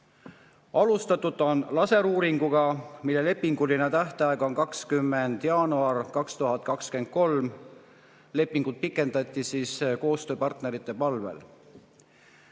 Alustatud on laseruuringuga, mille lepinguline tähtaeg on 20. jaanuar 2023. Lepingut pikendati koostööpartnerite palvel.